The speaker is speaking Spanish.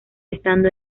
estando